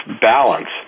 balance